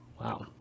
Wow